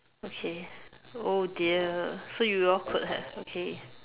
okay oh dear so you all could have okay